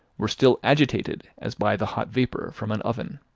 were still agitated as by the hot vapour from an oven.